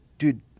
Dude